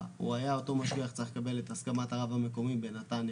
אותו משגיח היה צריך לקבל את הסכמת הרב המקומי בנתניה,